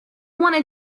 wanna